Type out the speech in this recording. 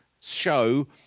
show